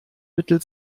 mittel